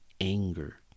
anger